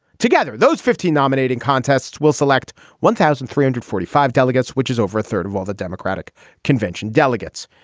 together, those fifteen nominating contests will select one thousand three hundred and forty five delegates, which is over a third of all the democratic convention delegates.